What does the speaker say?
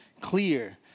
clear